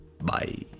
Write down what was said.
bye